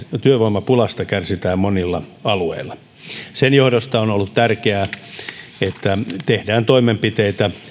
työvoimapulasta kärsitään monilla alueilla sen johdosta on ollut tärkeää että tehdään toimenpiteitä